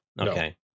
Okay